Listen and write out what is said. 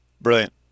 Brilliant